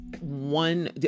one